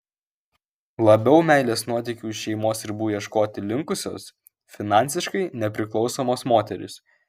labiau meilės nuotykių už šeimos ribų ieškoti linkusios finansiškai nepriklausomos moterys